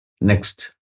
Next